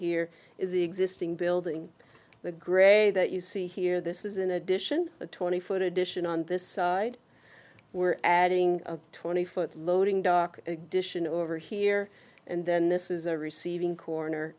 is the existing building the gray that you see here this is in addition a twenty foot addition on this side we're adding a twenty foot loading dock addition over here and then this is a receiving corner